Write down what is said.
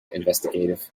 investigative